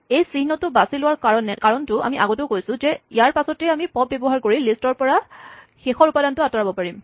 এই চিহ্নটো বাছি লোৱাৰ কাৰণটো আমি আগতেও কৈছো যে ইয়াৰপাচতেই আমি পপ্ ব্যৱহাৰ কৰি লিষ্টৰ পৰা শেষৰ উপাদানটো আতঁৰাব পাৰিম